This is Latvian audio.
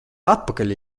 atpakaļ